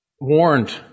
Warned